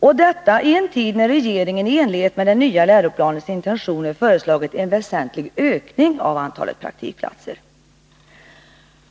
Och det sker i en tid när regeringen i enlighet med den nya läroplanens intentioner föreslagit en väsentlig ökning av antalet praktikplatser!